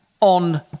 on